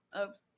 oops